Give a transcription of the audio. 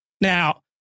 Now